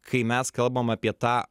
kai mes kalbam apie tą